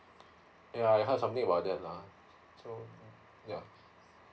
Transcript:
yeah I heard something about that lah so yeah